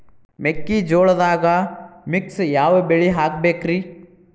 ಮೆಕ್ಕಿಜೋಳದಾಗಾ ಮಿಕ್ಸ್ ಯಾವ ಬೆಳಿ ಹಾಕಬೇಕ್ರಿ?